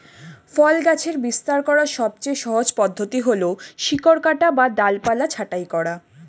ফল গাছের বিস্তার করার সবচেয়ে সহজ পদ্ধতি হল শিকড় কাটা বা ডালপালা ছাঁটাই করা